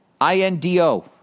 I-N-D-O